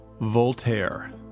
Voltaire